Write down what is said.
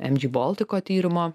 mg boltiko tyrimo